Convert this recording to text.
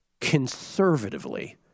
conservatively